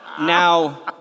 Now